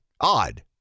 Odd